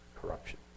corruption